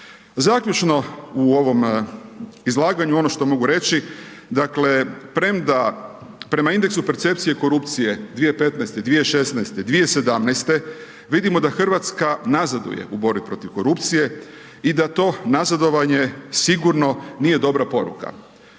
Zaključno, u ovom izlaganju, ono što mogu reći, dakle, premda prema indeksu percepcije korupcije 2015., 2016., 2017. vidimo da Hrvatska nazaduje u borbi protiv korupcije i da to nazadovanje sigurno nije dobra poruka.